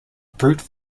brute